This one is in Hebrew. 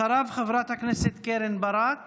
אחריו, חברת הכנסת קרן ברק